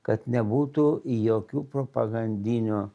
kad nebūtų jokių propagandinių